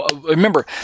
Remember